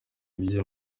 ibyo